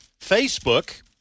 Facebook